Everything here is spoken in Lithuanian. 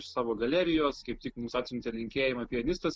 iš savo galerijos kaip tik mums atsiuntė linkėjimą pianistas